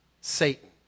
Satan